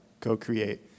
co-create